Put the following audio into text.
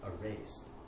erased